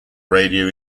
radio